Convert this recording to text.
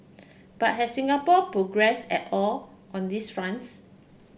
but has Singapore progressed at all on these fronts